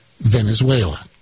Venezuela